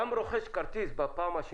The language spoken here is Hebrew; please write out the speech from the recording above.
גם החברות ידעו.